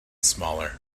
smaller